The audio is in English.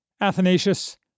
Athanasius